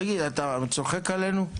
תגיד, אתה צוחק עלינו?